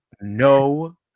no